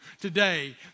today